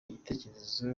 igitekerezo